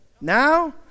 Now